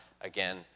again